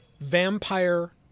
Vampire